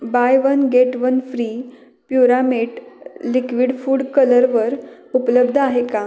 bye one get one free प्युरामेट liquid food कलरवर उपलब्ध आहे का